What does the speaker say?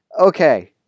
Okay